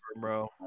Bro